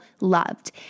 loved